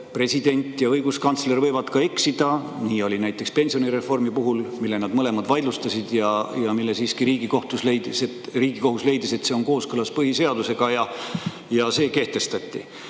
president ja õiguskantsler võivad ka eksida. Nii oli näiteks pensionireformi puhul, mille nad mõlemad vaidlustasid ja mille puhul Riigikohus leidis, et see on kooskõlas põhiseadusega, ja see kehtestati. Sama